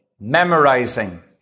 memorizing